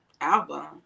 album